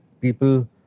people